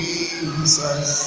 Jesus